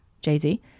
Jay-Z